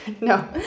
No